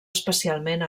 especialment